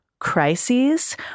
crises